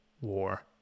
War